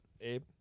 abe